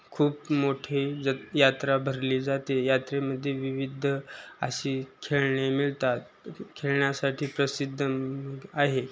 खूप मोठी ज यात्रा भरली जाते यात्रेमध्ये विविध अशी खेळणे मिळतात खेळण्यासाठी प्रसिद्ध आहे